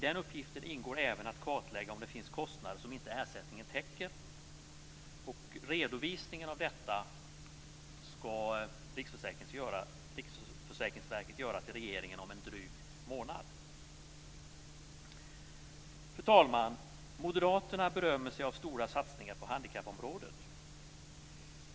I den uppgiften ingår även att kartlägga om det finns kostnader som inte täcks av ersättningen. Riksförsäkringsverket skall redovisa till regeringen om en dryg månad. Fru talman! Moderaterna berömmer sig av stora satsningar på handikappområdet.